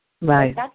Right